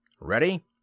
Ready